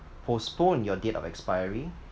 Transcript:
postpone your date of expiry